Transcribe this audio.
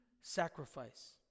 sacrifice